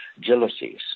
jealousies